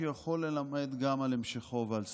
כי הוא יכול ללמד גם על המשכו ועל סופו.